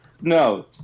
No